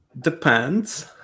depends